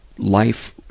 Life